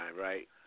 right